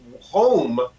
home